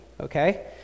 okay